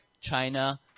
China